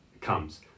comes